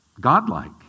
godlike